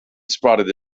spotted